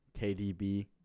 KDB